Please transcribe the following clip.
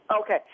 Okay